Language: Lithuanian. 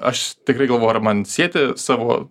aš tikrai galvojau ar man sieti savo